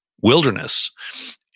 wilderness